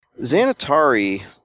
Xanatari